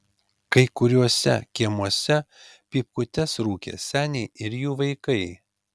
kai kuriuose kiemuose pypkutes rūkė seniai ir jų vaikai